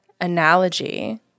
analogy